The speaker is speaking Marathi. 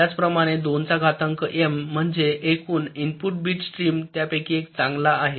त्याचप्रमाणे 2 चा घातांक एम म्हणजे एकूण इनपुट बीट स्ट्रीम त्यापैकी एक चांगला आहे